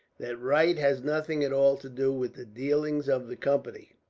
that right has nothing at all to do with the dealings of the company,